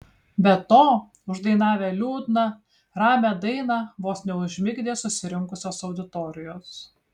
be to uždainavę liūdną ramią dainą vos neužmigdė susirinkusios auditorijos